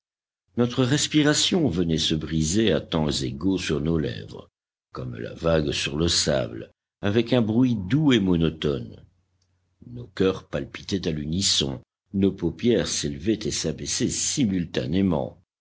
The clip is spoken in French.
notre respiration venait se briser à temps égaux sur nos lèvres comme la vague sur le sable avec un bruit doux et monotone nos cœurs palpitaient à l'unisson nos paupières s'élevaient et s'abaissaient simultanément